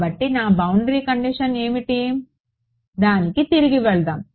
కాబట్టి నా boundary condition ఏమిటి దానికి తిరిగి వెళ్దాం